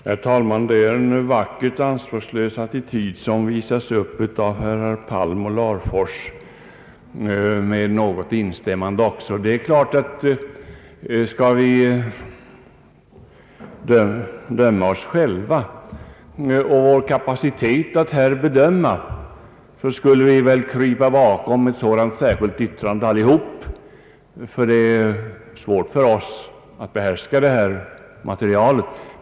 Herr talman! Det är en ansvarslös attityd som visas upp av herrar Palm och Larfors med något instämmande också. När det gäller vår kapacitet att bedöma skulle vi väl alla krypa bakom ett sådant yttrande, ty det är svårt för oss att behärska detta material.